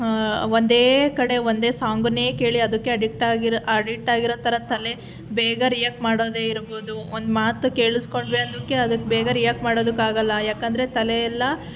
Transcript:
ಒಂದೇ ಕಡೆ ಒಂದೇ ಸಾಂಗನ್ನೇ ಕೇಳಿ ಅದಕ್ಕೆ ಅಡಿಕ್ಟ್ ಆಗಿರೋ ಅಡಿಕ್ಟ್ ಆಗಿರೋ ಥರ ತಲೆ ಬೇಗ ರಿಯಾಕ್ಟ್ ಮಾಡದೇ ಇರ್ಬೋದು ಒಂದು ಮಾತು ಕೇಳಿಸಿಕೊಂಡ್ರೆ ಅದಕ್ಕೆ ಅದಕ್ಕೆ ಬೇಗ ರಿಯಾಕ್ಟ್ ಮಾಡೋದಕ್ಕಾಗಲ್ಲ ಯಾಕೆಂದರೆ ತಲೆಯೆಲ್ಲ